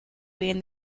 being